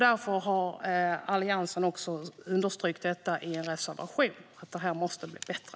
Därför har Alliansen också understrukit det i reservationen: att det måste bli bättre.